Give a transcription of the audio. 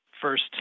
first